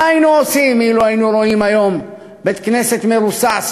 מה היינו עושים אילו היינו רואים היום בית-כנסת מרוסס,